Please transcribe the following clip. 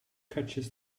catches